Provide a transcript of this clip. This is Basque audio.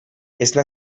esna